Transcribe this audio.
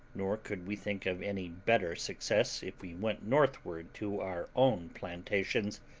nor could we think of any better success if we went northward to our own plantations.